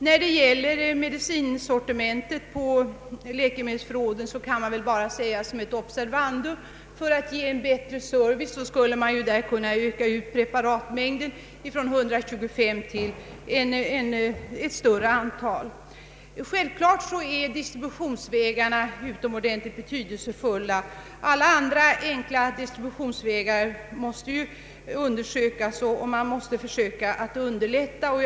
När det gäller medicinsortimentet på läkemedelsförråden kan väl sägas som ett observandum att man för att ge en bättre service skulle kunna öka preparatmängden från 125 till ett större antal. Självklart är = distributionsvägarna utomordentligt betydelsefulla. Alla andra enkla distributionsvägar måste undersökas. Man måste försöka underlätta distributionen.